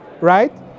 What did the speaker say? right